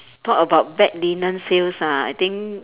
talk about bed linen sales ah I think